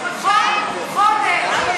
חודש.